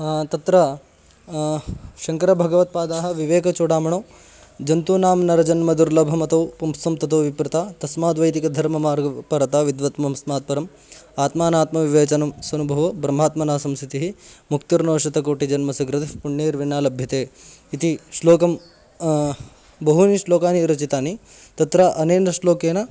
तत्र शङ्करभगवत्पादाः विवेकचोडामणौ जन्तूनां नरजन्म दुर्लभमतः पुंस्त्वं ततो विप्रता तस्माद्वैदिकधर्ममार्गपरता विद्वत्त्वमस्मात्परम् आत्मानात्मविवेचनं स्वनुभवो ब्रह्मात्मना संस्थितिः मुक्तिर्नो शतकोटिजन्मसु कृतैः पुण्यैर्विना लभ्यते इति श्लोकं बहूनि श्लोकानि रचितानि तत्र अनेन श्लोकेन